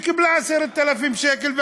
וקיבלה 10,000 שקל,